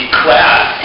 class